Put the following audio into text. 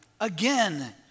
Again